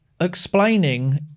explaining